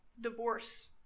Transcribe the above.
divorce